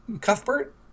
Cuthbert